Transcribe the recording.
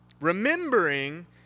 Remembering